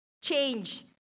change